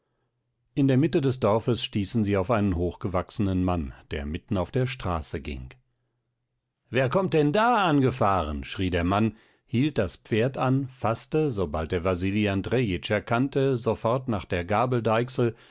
in der mitte des dorfes stießen sie auf einen hochgewachsenen mann der mitten auf der straße ging wer kommt denn da angefahren schrie der mann hielt das pferd an faßte sobald er wasili andrejitsch erkannte sofort nach der